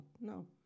no